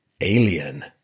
alien